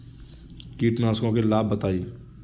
कीटनाशकों के लाभ बताएँ?